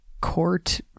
court